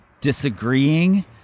disagreeing